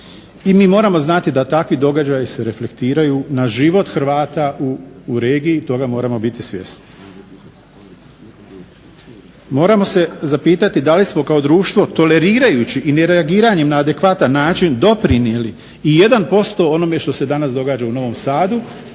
i moramo znati da se takvi događaji reflektiraju na život Hrvata u regiji i toga moramo biti svjesni. Moramo se zapitati da li smo kao društvo tolerirajući ne reagiranjem na neadekvatan način doprinijeli i 1% onome što se danas događa u Novome Sadu